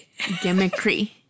Gimmickry